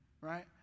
right